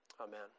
Amen